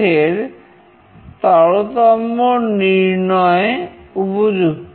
পদার্থের তারতম্য নির্ণয়ে উপযুক্ত